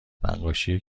نقاشی